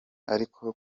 ariko